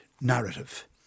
narrative